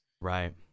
Right